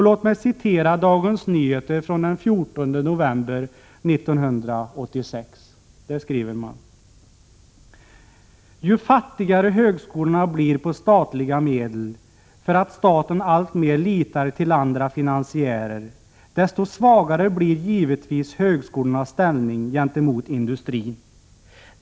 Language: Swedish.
Låt mig citera Dagens Nyheter från den 14 november 1986: ”Ju fattigare högskolorna blir på statliga medel för att staten alltmer litar till andra finansiärer, desto svagare blir givetvis högskolornas ställning gentemot industrin.